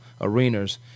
arenas